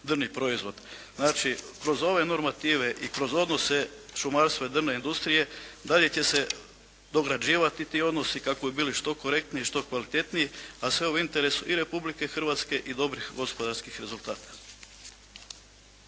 drvni proizvod. Znači kroz ove normative i kroz odnose šumarstva i drvne industrije dalje će se dograđivati ti odnosi kako bi bili što korektniji i što kvalitetniji, a sve u interesu i Republike Hrvatske i dobrih gospodarskih rezultata.